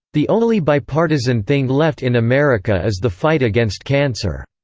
the only bipartisan thing left in america is the fight against cancer.